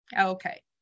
Okay